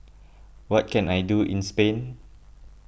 what can I do in Spain